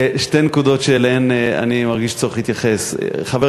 שתי נקודות שאליהן אני מרגיש צורך להתייחס: חבר